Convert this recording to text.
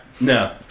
No